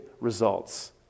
results